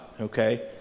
okay